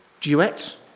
duets